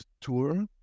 tour